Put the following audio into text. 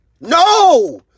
No